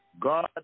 God